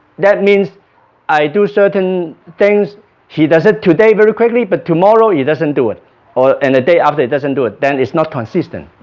that means i do certain things he does it today very quickly. but tomorrow he doesn't do it or and a day after it doesn't do it then it's not consistent.